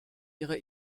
ihre